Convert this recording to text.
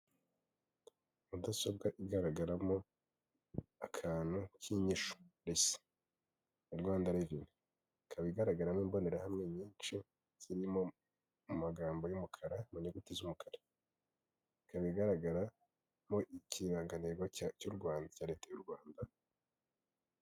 Mudasobwa igaragaramo akantu k'inyishu resi ya Rwanda reveni. Ikaba igaragaramo imbonerahamwe nyinshi ziri mu magambo y'umukara mu nyuguti z'umukara. Ikaba igaragaramo ikirangantego cya leta y'u Rwanda